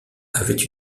avaient